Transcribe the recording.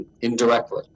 indirectly